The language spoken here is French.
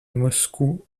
moscou